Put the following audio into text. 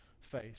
faith